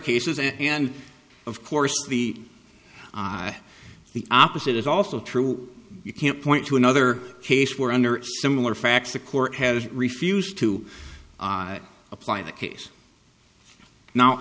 cases and of course the the opposite is also true you can't point to another case where under similar facts a court has refused to apply the case now